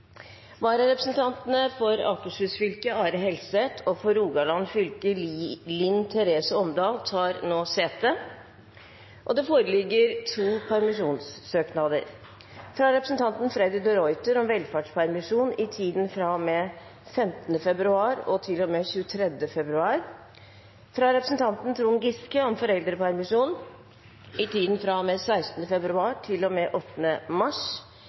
Vararepresentantene, for Akershus fylke Are Helseth og for Rogaland fylke Unn Therese Omdal , tar nå sete. Det foreligger to permisjonssøknader: fra representanten Freddy de Ruiter om velferdspermisjon i tiden fra og med 15. februar til og med 23. februar fra representanten Trond Giske om foreldrepermisjon i tiden fra og med 16. februar til og med 8. mars